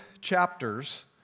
chapters